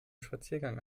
spaziergang